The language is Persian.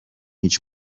هیچ